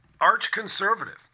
arch-conservative